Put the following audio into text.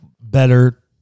better